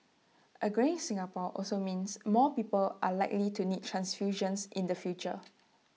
A greying Singapore also means more people are likely to need transfusions in the future